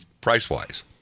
price-wise